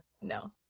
No